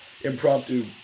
impromptu